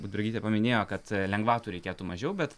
budbergytė paminėjo kad lengvatų reikėtų mažiau bet